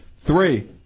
Three